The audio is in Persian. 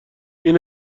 این